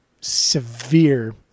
severe